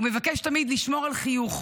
הוא מבקש תמיד לשמור על חיוך,